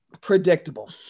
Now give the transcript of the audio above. predictable